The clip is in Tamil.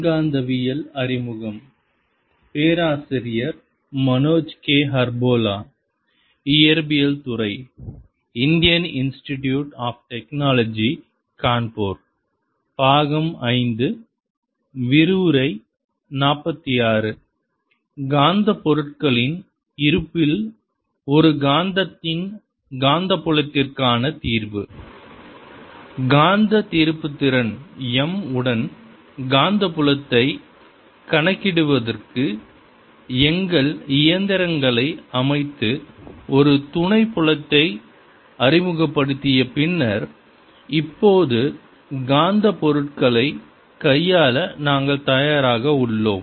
காந்தப் பொருட்களின் இருப்பில் ஒரு காந்தத்தின் காந்தப்புலத்திற்கான தீர்வு காந்த திருப்புத்திறன் m உடன் காந்தப்புலத்தை கணக்கிடுவதற்கு எங்கள் இயந்திரங்களை அமைத்து ஒரு துணை புலத்தை அறிமுகப்படுத்திய பின்னர் இப்போது காந்தப் பொருட்களைக் கையாள நாங்கள் தயாராக உள்ளோம்